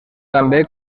també